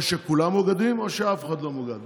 או שכולם מאוגדים או שאף אחד לא מאוגד.